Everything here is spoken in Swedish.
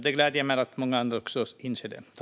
Det gläder mig att många andra också inser detta.